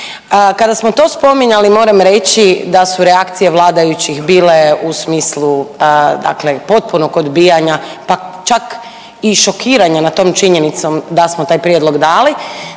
Kada smo to spominjali moram reći da su reakcije vladajućih bile u smislu, dakle potpunog odbijanja pa čak i šokiranja nad tom činjenicom da smo taj prijedlog dali.